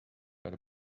got